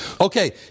Okay